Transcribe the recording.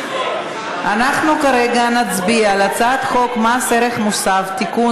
אנחנו כרגע מצביעים על הצעת חוק מס ערך מוסף (תיקון,